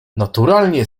naturalnie